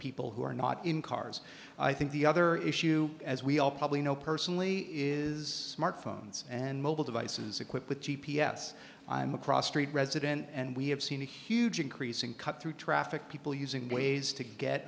people who are not in cars i think the other issue as we all probably know personally is smart phones and mobile devices equipped with g p s i'm across street resident and we have seen a huge increase in cut through traffic people using ways